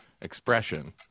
expression